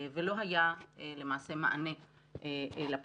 ולא היה למעשה מענה לפונים.